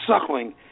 suckling